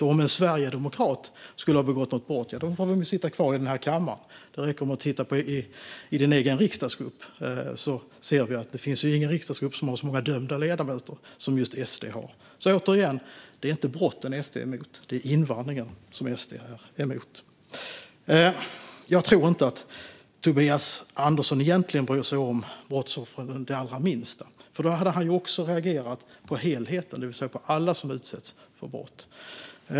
Och om en sverigedemokrat har begått brott, ja, då får den sitta kvar i den här kammaren. Det räcker att titta på Tobias Anderssons egen riksdagsgrupp - det finns ingen riksdagsgrupp som har så många dömda ledamöter som just SD:s. Så, återigen, det är inte brotten SD är emot. Det är invandringen som SD är emot. Jag tror inte att Tobias Andersson egentligen bryr sig om brottsoffren det allra minsta. Då hade han också reagerat på helheten, det vill säga på alla som utsätts för brott.